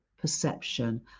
perception